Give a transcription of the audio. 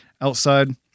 outside